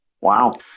Wow